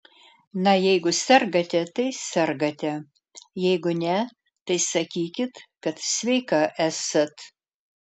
na jeigu sergate tai sergate jeigu ne tai sakykit kad sveika esat